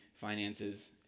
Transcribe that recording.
finances